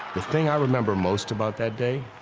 the thing i remember most about that day